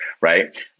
right